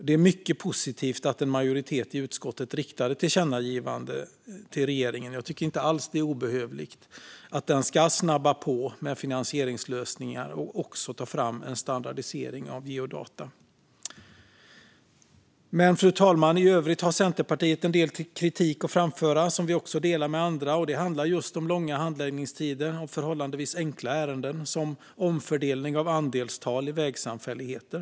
Det är mycket positivt och inte alls obehövligt att en majoritet i utskottet riktar ett tillkännagivande till regeringen om att den ska snabba på med finansieringslösningar och också ta fram en standardisering av geodata. I övrigt har Centerpartiet en del kritik att framföra, som vi också delar med andra. Det handlar just om långa handläggningstider för förhållandevis enkla ärenden, som omfördelning av andelstal i vägsamfälligheter.